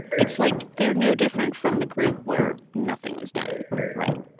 it's like they're no different from the group where nothing was done right